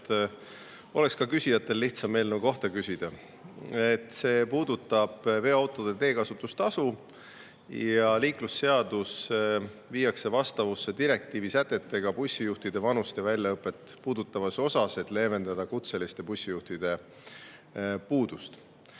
et ka küsijatel oleks lihtsam eelnõu kohta küsida. See puudutab veoautode teekasutustasu. Samuti viiakse liiklusseadus vastavusse direktiivi sätetega bussijuhtide vanust ja väljaõpet puudutavas osas, et leevendada kutseliste bussijuhtide puudust.